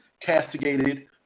castigated